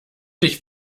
dich